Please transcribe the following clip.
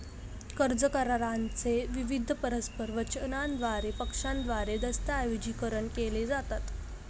कर्ज करारा चे विविध परस्पर वचनांद्वारे पक्षांद्वारे दस्तऐवजीकरण केले जातात